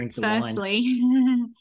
firstly